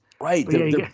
Right